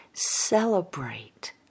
Celebrate